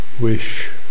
wish